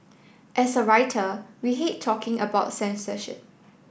as a writer we hate talking about censorship